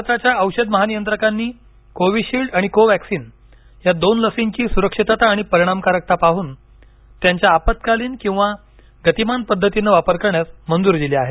भारताच्या औषध महानियंत्रकांनी कोविशील्ड आणि कोवेक्सिन या दोन लसींची सुरक्षितता आणि परिणामकारकता पाहून त्यांच्या आपत्कालीन किंवा गतिमान पद्धतीने वापर करण्यास मंजुरी दिली आहे